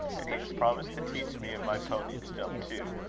and he has promised to teach me and my pony to jump too.